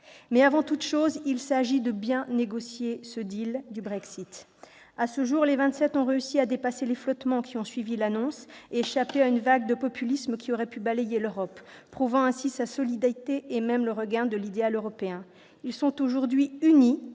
Mais, avant toute chose, il s'agit de bien négocier le du Brexit. À ce jour, les Vingt-Sept ont réussi à dépasser les flottements qui ont suivi l'annonce du Brexit et à échapper à une vague de populisme qui aurait pu balayer l'Europe, prouvant ainsi la solidité et même le regain de l'idéal européen. Ils sont aujourd'hui « unis